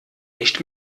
nicht